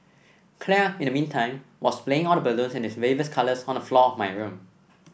claire in the meantime was splaying all the balloons in its various colours on the floor of my room